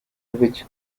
which